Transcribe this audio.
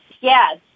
yes